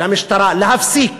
למשטרה להפסיק